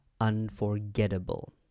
unforgettable